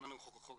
אנחנו חוגגים.